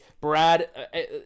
Brad